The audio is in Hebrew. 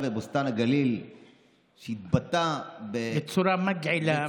בוסתן הגליל שהתבטא בצורה ממש מגעילה,